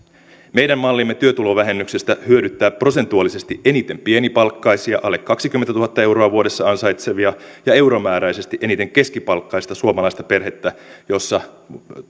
meidän mallimme työtulovähennyksestä hyödyttää prosentuaalisesti eniten pienipalkkaisia alle kaksikymmentätuhatta euroa vuodessa ansaitsevia ja euromääräisesti eniten keskipalkkaista suomalaista perhettä jossa